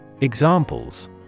Examples